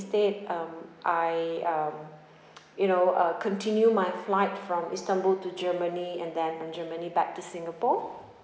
instead um I um you know uh continue my flight from istanbul to germany and then germany back to singapore